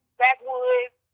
backwoods